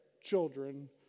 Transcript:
children